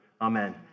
Amen